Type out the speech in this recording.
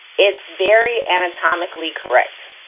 it's very anatomically correct.